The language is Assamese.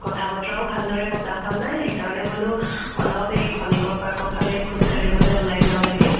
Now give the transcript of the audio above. কথা বতৰাও ভালদৰে পতা হোৱা নাই সেইকাৰণে বোলো অলপ এই খনিকৰ পাৰ্কৰ ফালেই খোজ কাঢ়িবলৈ ওলাই যাওঁ নেকি